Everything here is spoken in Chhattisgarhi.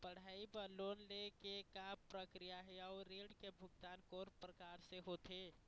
पढ़ई बर लोन ले के का प्रक्रिया हे, अउ ऋण के भुगतान कोन प्रकार से होथे?